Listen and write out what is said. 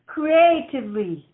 Creatively